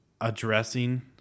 addressing